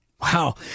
Wow